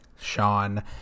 Sean